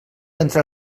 entrar